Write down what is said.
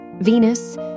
Venus